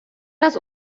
раз